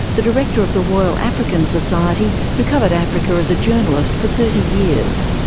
the director of the royal african society who covered africa as a journalist for thirty years.